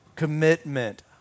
commitment